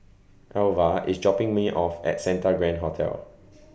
Alvah IS dropping Me off At Santa Grand Hotel